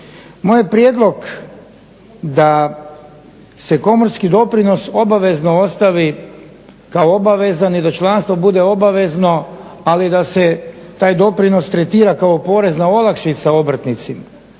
Moj je prijedlog da se komorski doprinos obavezno ostavi kao obavezan i da članstvo bude obavezno ali da se taj doprinos tretira kao porezna olakšica obrtnicima.